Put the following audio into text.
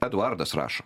eduardas rašo